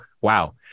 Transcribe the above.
wow